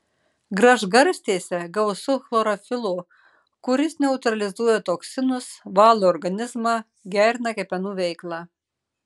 gražgarstėse gausu chlorofilo kuris neutralizuoja toksinus valo organizmą gerina kepenų veiklą